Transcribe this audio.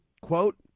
Quote